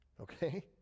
Okay